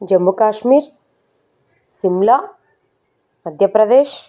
Jammu Kashmir Shimla Madhya Pradesh